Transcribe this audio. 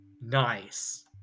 Nice